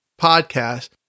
podcast